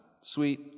Sweet